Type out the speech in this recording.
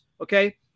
Okay